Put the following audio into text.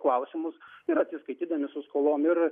klausimus ir atsiskaitydami su skolom ir